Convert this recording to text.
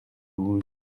douze